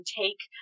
take